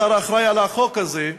השר האחראי לחוק הזה,